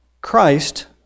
Christ